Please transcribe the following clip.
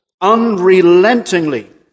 unrelentingly